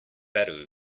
better